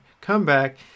comeback